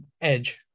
edge